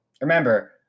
remember